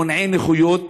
מונעי נכויות,